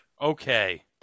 Okay